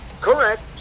Correct